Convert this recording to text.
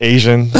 Asian